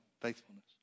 faithfulness